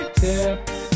tips